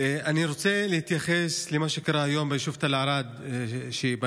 אני רוצה להתייחס למה שקרה היום ביישוב תל ערד שבנגב.